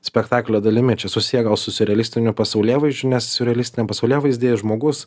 spektaklio dalimi čia susieję su siurrealistiniu pasaulėvaizdžiu nes siurrealistiniam pasaulėvaizdyje žmogus